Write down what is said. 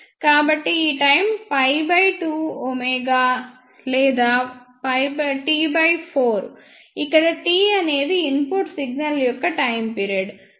కాబట్టి ఈ టైమ్ 2ω లేదా T4 ఇక్కడ T అనేది ఇన్పుట్ సిగ్నల్ యొక్క టైమ్ పిరియడ్